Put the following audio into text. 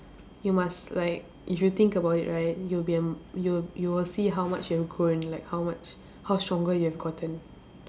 you must like if you think about it right you will be a m~ you you will see how much you have grown like how much how stronger you have gotten